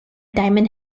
diamond